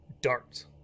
dart